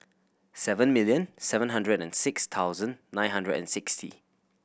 seven million seven hundred and six thousand nine hundred and sixty